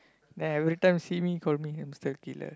then every time see me call me hamster killer